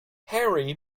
harry